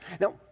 Now